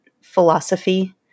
philosophy